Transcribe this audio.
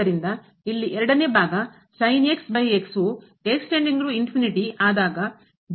ಆದ್ದರಿಂದ ಇಲ್ಲಿ ಎರಡನೇ ಭಾಗ ವು ಆದಾಗ ಗೆ ಹೋಗುತ್ತದೆ